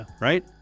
right